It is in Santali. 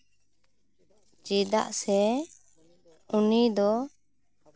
ᱪᱮᱫᱟᱜ ᱥᱮ ᱩᱱᱤ ᱫᱚ